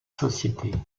société